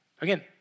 Again